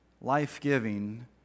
life-giving